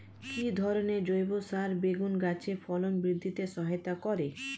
কি ধরনের জৈব সার বেগুন গাছে ফলন বৃদ্ধিতে সহায়তা করে?